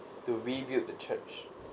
to rebuild the church